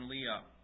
Leah